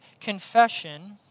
confession